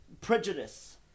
prejudice